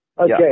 okay